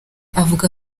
avuga